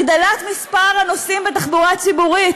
הגדלת מספר הנוסעים בתחבורה הציבורית,